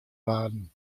waarden